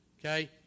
okay